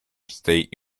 state